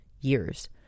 years